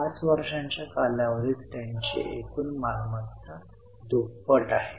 5 वर्षांच्या कालावधीत त्यांची एकूण मालमत्ता दुप्पट आहे